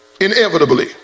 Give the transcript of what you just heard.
inevitably